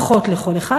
פחות לכל אחד.